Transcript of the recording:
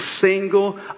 single